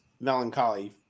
melancholy